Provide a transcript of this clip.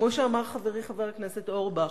כמו שאמר חברי חבר הכנסת אורבך,